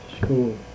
school